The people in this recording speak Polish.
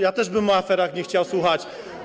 Ja też bym o aferach nie chciał słuchać.